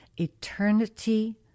eternity